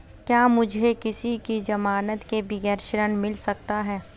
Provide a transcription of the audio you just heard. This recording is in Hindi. क्या मुझे किसी की ज़मानत के बगैर ऋण मिल सकता है?